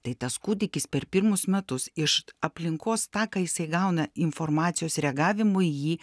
tai tas kūdikis per pirmus metus iš aplinkos tą ką jisai gauna informacijos reagavimui jį